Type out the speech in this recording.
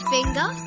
Finger